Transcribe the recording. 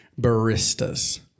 Baristas